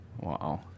Wow